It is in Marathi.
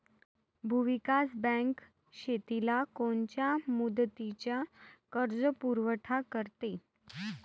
भूविकास बँक शेतीला कोनच्या मुदतीचा कर्जपुरवठा करते?